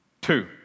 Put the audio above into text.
Two